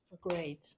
Great